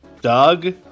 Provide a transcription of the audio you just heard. Doug